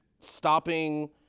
stopping